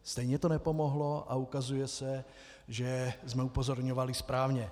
Stejně to nepomohlo a ukazuje se, že jsme upozorňovali správně.